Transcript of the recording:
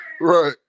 Right